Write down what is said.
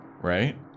Right